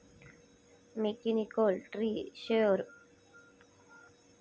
mechanical tree shaker झाडाक एका जागेपासना दुसऱ्या जागेवर घेऊन जातत